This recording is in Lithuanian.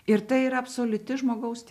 ir tai yra absoliuti žmogaus